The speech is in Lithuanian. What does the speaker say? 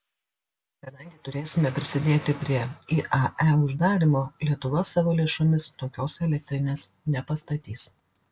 kadangi turėsime prisidėti prie iae uždarymo lietuva savo lėšomis tokios elektrinės nepastatys